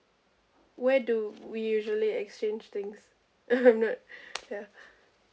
where do we usually exchange things uh I'm not ya